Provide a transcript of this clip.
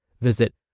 Visit